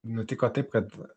nutiko taip kad